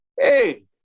hey